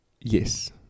Yes